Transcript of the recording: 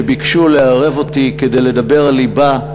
שביקשו לערב אותי כדי לדבר על לבה,